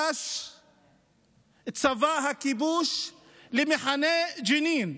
פלש צבא הכיבוש למחנה ג'נין,